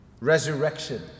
resurrection